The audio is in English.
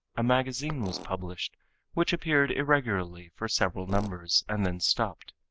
a magazine was published which appeared irregularly for several numbers and then stopped.